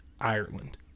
ireland